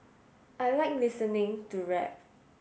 I like listening to rap